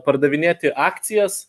pardavinėti akcijas